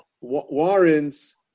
warrants